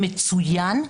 מצוין.